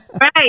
right